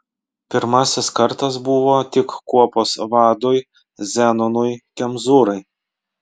pirmasis kartas buvo tik kuopos vadui zenonui kemzūrai